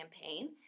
campaign